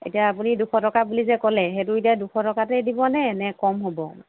এতিয়া আপুনি দুশ টকা বুলি যে ক'লে সেইটো এতিয়া দুশ টকাতে দিবনে নে কম হ'ব